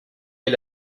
est